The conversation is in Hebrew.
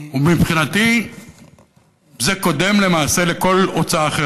ומבחינתי זה קודם למעשה לכל הוצאה אחרת.